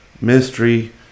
mystery